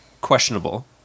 questionable